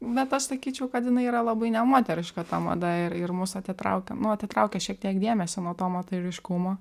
bet aš sakyčiau kad jinai yra labai nemoteriška ta mada ir ir mus atitraukia nu atitraukia šiek tiek dėmesį nuo to moteriškumo